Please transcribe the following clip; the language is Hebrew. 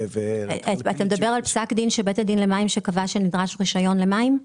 אתה מדבר על פסק הדין של בית הדין למים שקבע שנדרש רישיון למים?